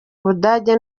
budage